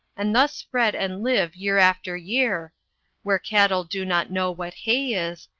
and thus spread and live year after year where cattle do not know what hay is,